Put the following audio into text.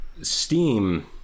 Steam